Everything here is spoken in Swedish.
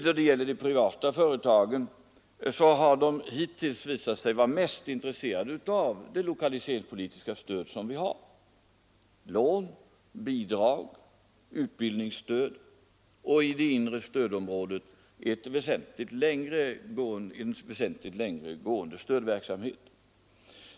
De privata företagen har hittills visat sig vara mest intresserade av det lokaliseringspolitiska stöd som vi har — lån, bidrag, utbildningsstöd och i det inre stödområdet en väsentligt längre gående stödverksamhet.